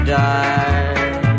die